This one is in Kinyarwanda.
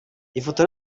ifoto